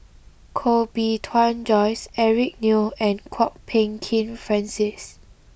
Koh Bee Tuan Joyce Eric Neo and Kwok Peng Kin Francis